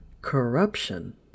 Corruption